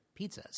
pizzas